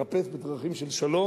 לחפש לפתור את הבעיה בדרכים של שלום,